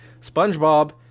Spongebob